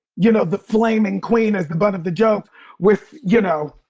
you know, the flaming queen as the butt of the joke with, you know,